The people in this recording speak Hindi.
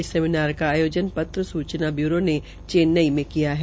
इस सेमिनार का आयोजन त्र सूचना ब्यूरो ने चेन्नई में किया है